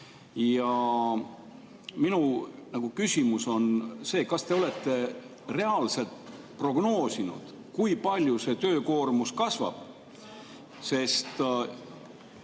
Minu küsimus on see: kas te olete reaalselt prognoosinud, kui palju töökoormus kasvab? On